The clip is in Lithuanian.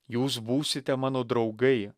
jūs būsite mano draugai